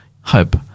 hope